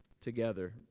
together